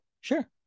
Sure